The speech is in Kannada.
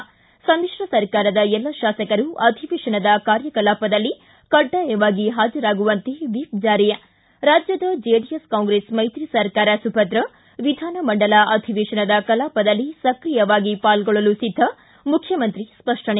ಿ ಸಮಿತ ಸರ್ಕಾರದ ಎಲ್ಲ ಶಾಸಕರು ಅಧಿವೇಶನದ ಕಾರ್ಯಕಲಾಪದಲ್ಲಿ ಕಡ್ಡಾಯವಾಗಿ ಹಾಜರಾಗುವಂತೆ ವಿಪ್ ಜಾರಿ ಿ ರಾಜ್ಯದ ಜೆಡಿಎಸ್ ಕಾಂಗ್ರೆಸ್ ಮೈತ್ರಿ ಸರ್ಕಾರ ಸುಭದ್ರ ವಿಧಾನಮಂಡಲ ಅಧಿವೇಶನ ಕಲಾಪದಲ್ಲಿ ಸಕ್ರಿಯವಾಗಿ ಪಾಲ್ಗೊಳ್ಳಲು ಸಿದ್ದ ಮುಖ್ಯಮಂತ್ರಿ ಸ್ಪಷ್ಟನೆ